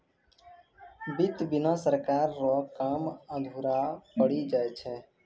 वित्त बिना सरकार रो काम अधुरा पड़ी जाय छै